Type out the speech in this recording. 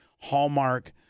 Hallmark